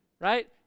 Right